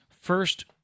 first